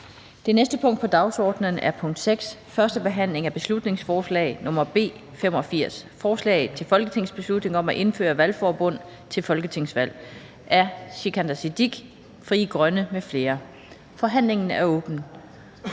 Det næste punkt på dagsordenen er: 6) 1. behandling af beslutningsforslag nr. B 85: Forslag til folketingsbeslutning om at indføre valgforbund til folketingsvalg. Af Sikandar Siddique (FG) m.fl. (Fremsættelse